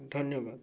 ଧନ୍ୟବାଦ